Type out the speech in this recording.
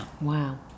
wow